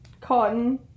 Cotton